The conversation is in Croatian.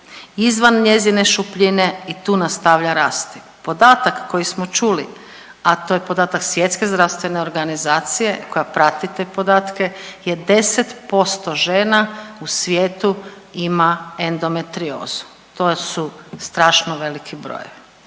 izvan njezine šupljine i tu nastavlja rasti. Podatak koji smo čuli, a to je podatak Svjetske zdravstvene organizacije koja prati te podatke je 10% žena u svijetu ima endometriozu, to su strašno veliki brojevi.